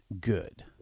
good